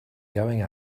going